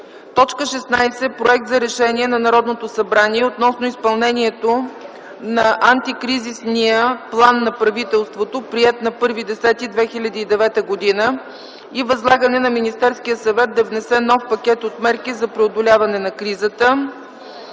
г. 16. Проект за Решение на Народното събрание относно изпълнението на Антикризисния план на правителството, приет на 1 октомври 2009 г., и възлагане на Министерския съвет да внесе нов пакет от мерки за преодоляване на кризата.